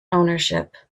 ownership